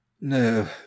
no